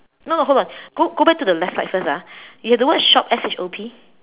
no no hold on go go back to the left side first ah you the word shop S H O P